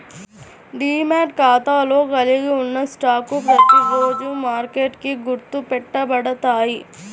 demat ఖాతాలో కలిగి ఉన్న స్టాక్లు ప్రతిరోజూ మార్కెట్కి గుర్తు పెట్టబడతాయి